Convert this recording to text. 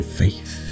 faith